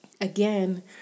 again